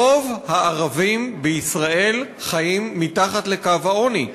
רוב הערבים בישראל חיים מתחת לקו העוני.